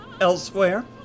elsewhere